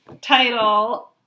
title